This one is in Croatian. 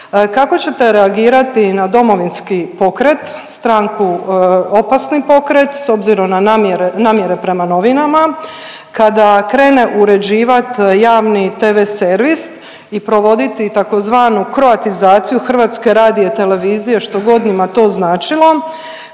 kako ćete reagirati na Domovinski pokret, stranku opasni pokret s obzirom na namjere prema novinama kada krene uređivati javni tv servis i provoditi tzv. kroatizaciju Hrvatske radio-televizije što god njima to značilo.